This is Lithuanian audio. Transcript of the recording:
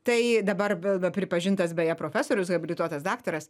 tai dabar pripažintas beje profesorius habilituotas daktaras